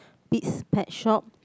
Pete's pet shop